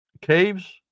caves